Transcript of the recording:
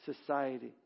society